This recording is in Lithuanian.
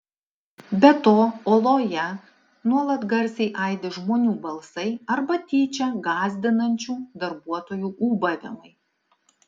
be to oloje nuolat garsiai aidi žmonių balsai arba tyčia gąsdinančių darbuotojų ūbavimai